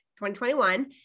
2021